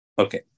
Okay